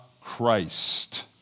Christ